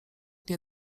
nie